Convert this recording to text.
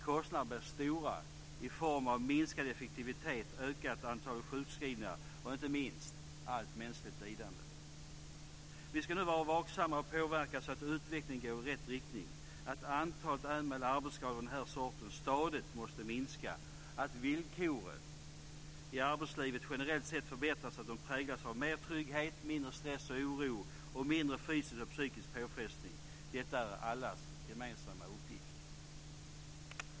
Kostnaderna blir stora i form av minskad effektivitet, ökat antal sjukskrivningar och inte minst allt mänskligt lidande. Vi ska nu vara vaksamma och påverka så att utvecklingen går i rätt riktning, dvs. antalet anmälda arbetsskador av den här sorten måste stadigt minska och villkoren i arbetslivet måste generellt sett förbättras så att de präglas av mer trygghet, mindre stress och oro och mindre fysisk och psykisk påfrestning. Detta är allas gemensamma uppgift.